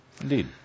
Indeed